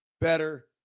better